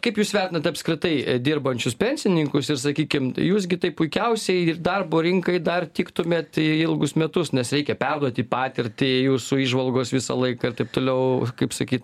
kaip jūs vertinat apskritai dirbančius pensininkus ir sakykim jūs gi tai puikiausiai ir darbo rinkai dar tiktumėt ilgus metus nes reikia perduoti patirtį jūsų įžvalgos visą laiką ir taip toliau kaip sakyt